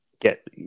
get